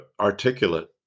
articulate